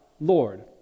Lord